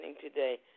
today